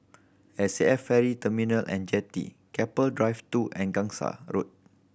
S A F Ferry Terminal And Jetty Keppel Drive Two and Gangsa Road